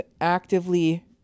actively